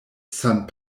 san